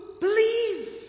believe